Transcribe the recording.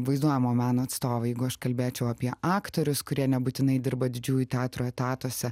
vaizduojamo meno atstovai jeigu aš kalbėčiau apie aktorius kurie nebūtinai dirba didžiųjų teatro etatuose